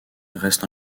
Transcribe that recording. restent